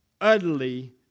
utterly